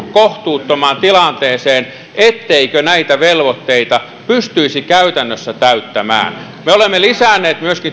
kohtuuttomaan tilanteeseen ettei näitä velvoitteita pystyisi käytännössä täyttämään me olemme myöskin lisänneet